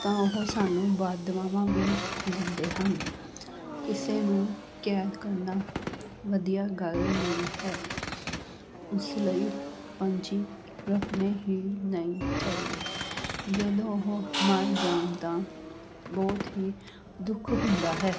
ਤਾਂ ਉਹ ਸਾਨੂੰ ਬਦਦੁਆਵਾਂ ਵੀ ਦਿੰਦੇ ਹਨ ਕਿਸੇ ਨੂੰ ਕੈਦ ਕਰਨਾ ਵਧੀਆ ਗੱਲ ਨਹੀਂ ਹੈ ਇਸ ਲਈ ਪੰਛੀ ਰੱਖਣੇ ਹੀ ਨਹੀਂ ਚਾਹੀਦੇ ਜਦੋਂ ਉਹ ਮਰ ਜਾਣ ਤਾਂ ਬਹੁਤ ਹੀ ਦੁੱਖ ਹੁੰਦਾ ਹੈ